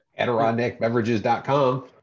Adirondackbeverages.com